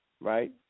right